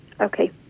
Okay